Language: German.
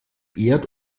erd